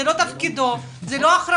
זה לא תפקידו וזו לא אחריותו.